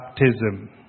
baptism